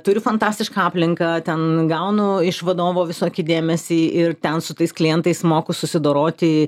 turiu fantastišką aplinką ten gaunu iš vadovo visokį dėmesį ir ten su tais klientais moku susidoroti